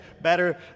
better